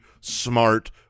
smart